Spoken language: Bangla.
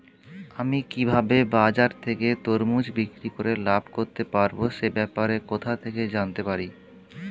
আমি কিভাবে বাজার থেকে তরমুজ বিক্রি করে লাভ করতে পারব সে ব্যাপারে কোথা থেকে জানতে পারি?